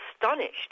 astonished